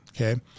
Okay